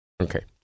Okay